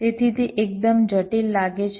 તેથી તે એકદમ જટિલ લાગે છે